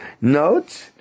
Note